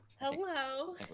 Hello